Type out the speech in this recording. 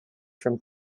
from